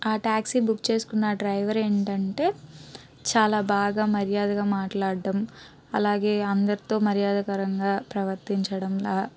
ఆ taxi book చేసుకున్న ఆ డ్రైవర్ ఏంటంటే చాలా బాగా మర్యాదగా మాట్లాడడం అలాగే అందరితో మర్యాదకరంగా ప్రవర్తించడం అలా